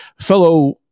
fellow